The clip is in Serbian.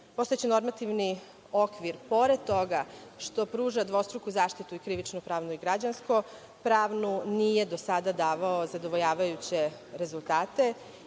postojeći normativni okvir pored toga što pruža dvostruku zaštitu i krivično-pravno i građansko-pravnu nije sada davao zadovoljavajuće rezultate.